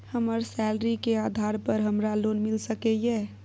हमर सैलरी के आधार पर हमरा लोन मिल सके ये?